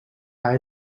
hij